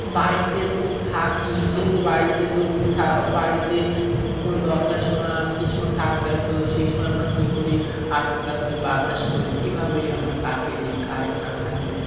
বাড়িতে তো থাকি যেহেতু বাড়িতে তো বাড়িতে কোনো দরকার সময় কিছুক্ষণ থাকতে হয় তো সেই সময় আমরা কী করি হাত পাখা দিয়ে বাতাস করি এভাবেই আমরা কাটিয়ে দিই কারেন্ট না থাকলেও